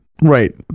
Right